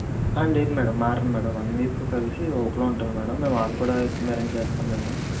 లేదు మేడం మారరు madam one week కలిసి ఒకళు ఉంటారు మేడం మేము వాళ్ళని కూడా అరెంజ్ చెస్తాము